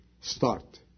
Start